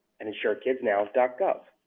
and insurekidsnow gov.